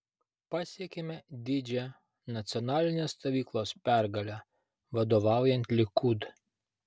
pasiekėme didžią nacionalinės stovyklos pergalę vadovaujant likud